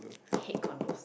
hate condos